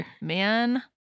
Man